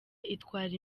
itwara